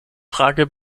frage